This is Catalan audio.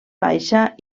baixa